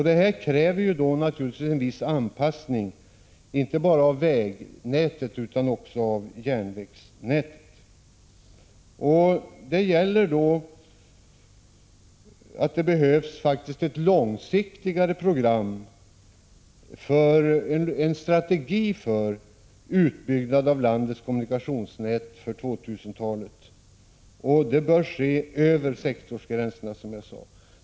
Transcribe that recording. Det kräver naturligtvis en viss anpassning inte bara av vägnätet utan också av järnvägsnätet. Det behövs ett mera långsiktigt program, en strategi för utbyggnad av landets kommunikationsnät för 2000-talet, och det programmet bör som jag sade utformas över sektorsgränserna.